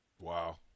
Wow